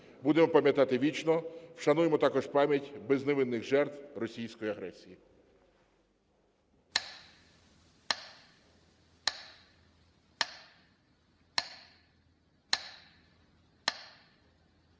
Будемо пам'ятати вічно. Вшануємо також пам'ять безневинних жертв російської агресії.